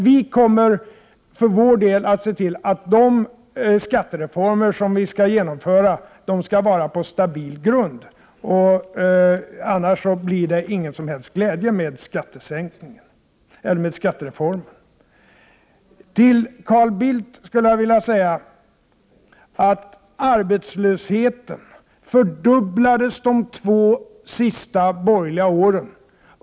Vi kommer för vår del att se till att de skattereformer som vi genomför skall vila på stabil grund, annars blir det ingen glädje med skattesänkningar och skattereformer. Till Carl Bildt skulle jag vilja säga att arbetslösheten fördubblades de två sista borgerliga åren.